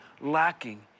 lacking